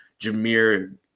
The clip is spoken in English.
Jameer